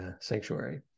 sanctuary